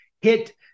hit